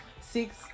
six